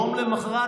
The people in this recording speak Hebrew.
יום למוחרת,